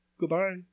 Goodbye